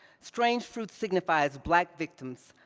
strange fruit signifies black victims,